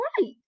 right